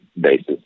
basis